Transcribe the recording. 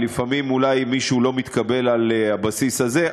ולפעמים אולי מישהו לא מתקבל על הבסיס הזה.